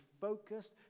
focused